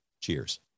Cheers